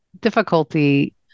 difficulty